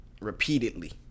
repeatedly